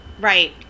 right